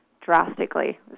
drastically